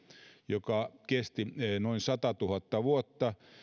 joka kesti noin satatuhatta vuotta